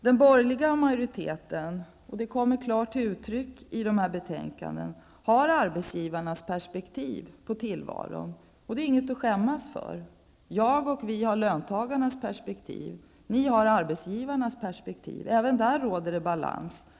Den borgerliga majoriteten har arbetsgivarnas perspektiv på tillvaron, vilket kommer till klart uttryck i betänkandena. Detta är ingenting att skämmas för. Jag och mitt parti har löntagarnas perspektiv, ni har arbetsgivarnas perspektiv. Även här råder det balans.